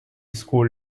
school